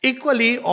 Equally